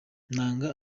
nanga